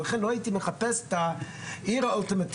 ולכן לא הייתי מחפש את העיר האולטימטיבית.